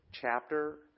chapter